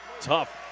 Tough